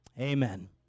amen